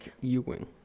Ewing